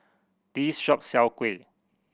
this shop sell kuih